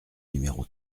numéro